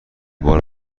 بار